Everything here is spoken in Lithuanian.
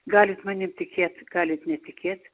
galit manim tikėt galit netikėt